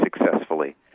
successfully